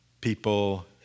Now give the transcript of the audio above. people